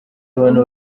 abantu